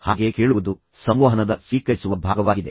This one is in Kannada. ಹಾಗೆ ಕೇಳುವುದು ಸಂವಹನದ ಸ್ವೀಕರಿಸುವ ಭಾಗವಾಗಿದೆ